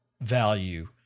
value